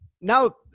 now